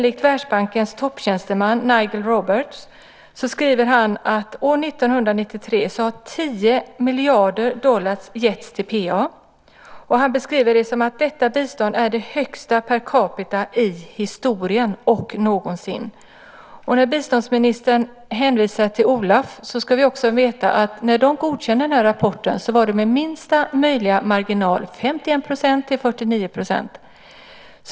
Världsbankens topptjänsteman Nigel Roberts skriver att år 1993 har 10 miljarder dollar getts till PA. Han beskriver det som att detta bistånd är det högsta per capita någonsin i historien. När biståndsministern hänvisar till OLAF ska vi också veta att när de godkände den här rapporten var det med minsta möjliga marginal, 51 % mot 49 %.